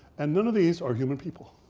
and none of these are human people.